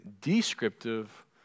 descriptive